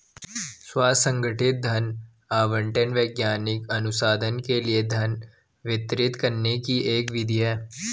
स्व संगठित धन आवंटन वैज्ञानिक अनुसंधान के लिए धन वितरित करने की एक विधि है